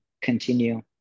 continue